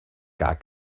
gar